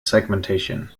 segmentation